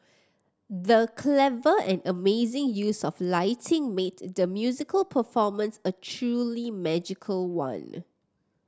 the clever and amazing use of lighting made the musical performance a truly magical one